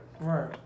Right